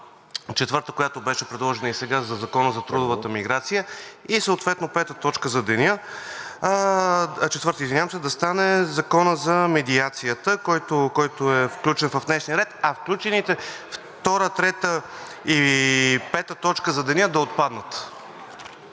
четвърта, която беше предложена и сега, за Закона за трудовата миграция. Съответно четвърта точка за деня да стане Законът за медиацията, който е включен в днешния дневен ред, а включените втора, трета и пета точка за деня да отпаднат.